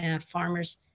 farmers